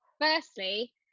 firstly